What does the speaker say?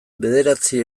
bederatzi